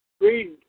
Read